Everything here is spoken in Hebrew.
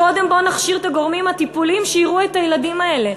קודם בואו נכשיר את הגורמים הטיפוליים שיראו את הילדים האלה,